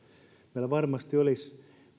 meillä varmasti olisi